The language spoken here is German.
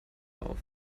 auf